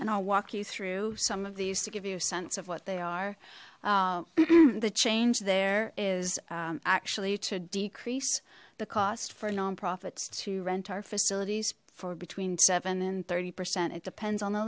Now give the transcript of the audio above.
and i'll walk you through some of these to give you a sense of what they are the change there is actually to decrease the cost for nonprofits to rent our facilities for between seven and thirty percent it depends on the